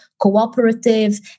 cooperative